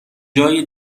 جای